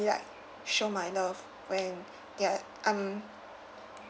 like show my love when they're um